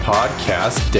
Podcast